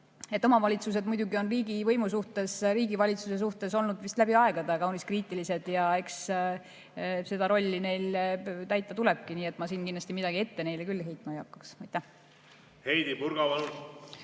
Aga omavalitsused muidugi on riigivõimu suhtes, riigi valitsuse suhtes vist läbi aegade kaunis kriitilised olnud ja eks seda rolli neil täita tulebki. Nii et ma siin kindlasti midagi ette neile küll heitma ei hakka.